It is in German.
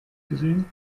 gesehen